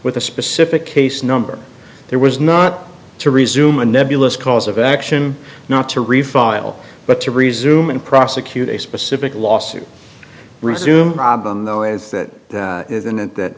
with a specific case number there was not to resume a nebulous cause of action not to refile but to resume and prosecute a specific lawsuit resume problem though as that isn't it that